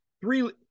three